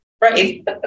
right